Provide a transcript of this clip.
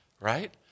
right